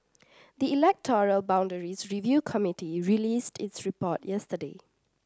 the electoral boundaries review committee released its report yesterday